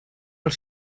els